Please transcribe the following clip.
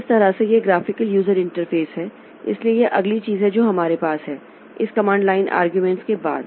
तो इस तरह से यह ग्राफिकल यूजर इंटरफेस है इसलिए यह अगली चीज है जो हमारे पास है इस कमांड लाइन आर्ग्यूमेंट्स के बाद